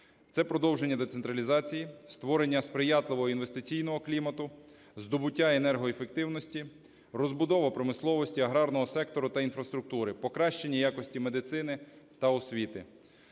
це продовження децентралізації, створення сприятливого інвестиційного клімату, здобуття енергоефективності, розбудова промисловості, аграрного сектору та інфраструктури, покращення якості медицини та освіти.